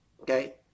Okay